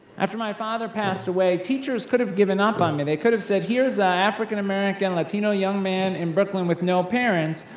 after my father passed away, teachers could have given up on me, they could have said, here's a african american latino young man in brooklyn with no parents,